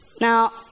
Now